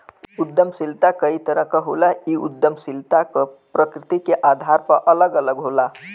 उद्यमिता कई तरह क होला इ उद्दमशीलता क प्रकृति के आधार पर अलग अलग होला